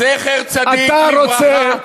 אתה חושב שהרב עובדיה יוסף, אתה רוצה,